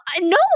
no